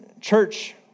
church